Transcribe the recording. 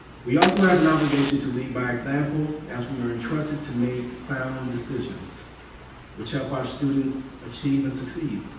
we also have an obligation to lead by example, as we are entrusted to make sound decisions which help our students achieve and succeed.